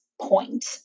point